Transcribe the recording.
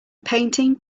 painting